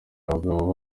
abagabo